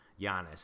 Giannis